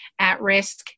at-risk